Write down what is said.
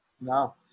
No